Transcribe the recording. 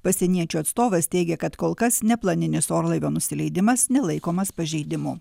pasieniečių atstovas teigia kad kol kas neplaninis orlaivio nusileidimas nelaikomas pažeidimu